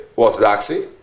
orthodoxy